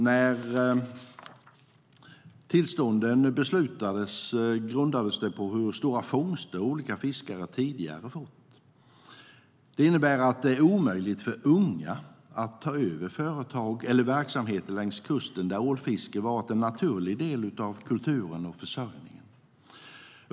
När tillstånden beslutades grundades de på hur stora fångster olika fiskare tidigare har fått. Det innebär att det är omöjligt för unga att ta över företag eller verksamheter längs kusten, där ålfiske varit en naturlig del av kulturen och försörjningen.